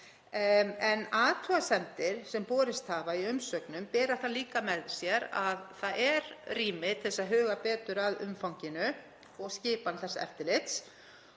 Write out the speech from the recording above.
en athugasemdir sem borist hafa í umsögnum bera það líka með sér að það er rými til að huga betur að umfanginu og skipan þess eftirlits.